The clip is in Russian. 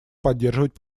поддерживать